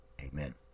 Amen